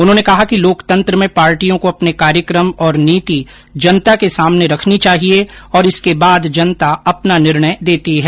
उन्होंने कहा कि लोकतंत्र में पार्टियों को अपने कार्यक्रम और नीति जनता के सामने रखनी चाहिए और इसके बाद जनता अपना निर्णय देती है